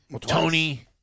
Tony